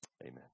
amen